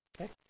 okay